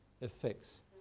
effects